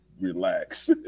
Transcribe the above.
Relax